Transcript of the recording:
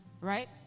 right